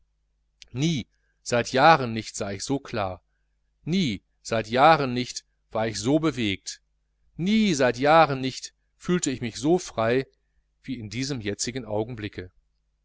nie seit jahren nicht sah ich so klar nie seit jahren nicht war ich so bewegt nie seit jahren nicht fühlte ich mich so frei wie in diesem jetzigen augenblicke